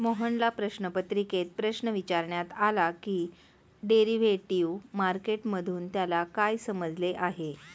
मोहनला प्रश्नपत्रिकेत प्रश्न विचारण्यात आला की डेरिव्हेटिव्ह मार्केट मधून त्याला काय समजले आहे?